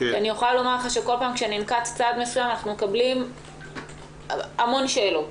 אני יכולה לומר לך שכל פעם כשננקט צעד מסוים אנחנו מקבלים המון שאלות,